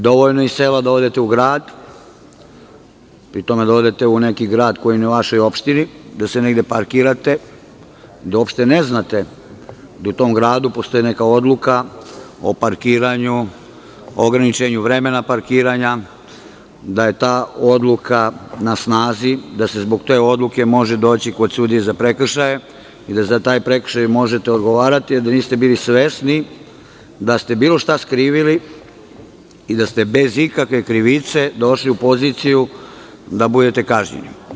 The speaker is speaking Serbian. Dovoljno je iz sela da odete u grad, pri tome da odete u neki grad koji je na vašoj opštini, da se negde parkirate, da uopšte ne znate da u tom gradu postoji neka odluka o parkiranju, ograničenju vremena parkiranja, da je ta odluka na snazi, da se zbog te odluke može doći kod sudije za prekršaje i da za taj prekršaj možete odgovarati a da niste bili svesni da ste bilo šta skrivili i da ste bez ikakve krivice došli u poziciju da budete kažnjeni.